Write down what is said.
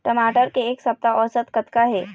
टमाटर के एक सप्ता औसत कतका हे?